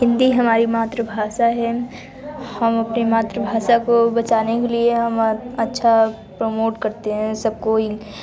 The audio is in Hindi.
हिंदी हमारी मातृभाषा है हम अपने मातृभाषा को बचाने के लिए हम अच्छा प्रमोट करते हैं सब कोई